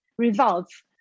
Results